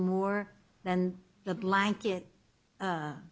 more than the blanket